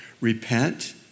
repent